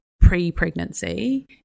pre-pregnancy